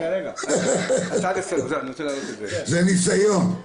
זה ניסיון.